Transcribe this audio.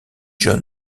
john